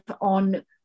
on